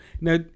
Now